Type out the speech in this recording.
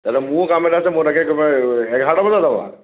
কাইলৈ মোৰো কাম এটা আছে মই তাকে তোমাৰ এঘাৰটা বজাত যাবা